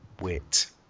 wit